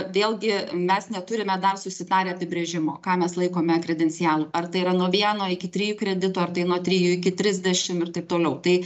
vėlgi mes neturime dar susitarę apibrėžimo ką mes laikome kredencialu ar tai yra nuo vieno iki trijų kreditų ar tai nuo trijų iki trisdešim ir taip toliau tai